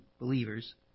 believers